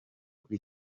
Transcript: kuri